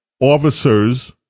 officers